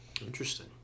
Interesting